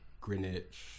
Greenwich